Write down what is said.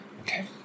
Okay